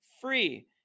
free